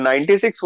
96